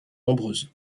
nombreuses